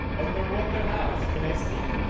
underwater house, can i sleep?